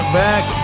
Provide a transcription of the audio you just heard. back